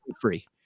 free